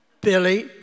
Billy